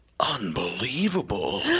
unbelievable